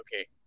okay